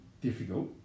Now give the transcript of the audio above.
difficult